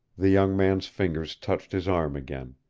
the young man's fingers touched his arm again.